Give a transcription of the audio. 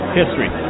history